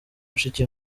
mushiki